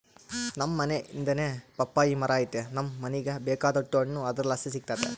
ನಮ್ ಮನೇ ಹಿಂದೆನೇ ಪಪ್ಪಾಯಿ ಮರ ಐತೆ ನಮ್ ಮನೀಗ ಬೇಕಾದೋಟು ಹಣ್ಣು ಅದರ್ಲಾಸಿ ಸಿಕ್ತತೆ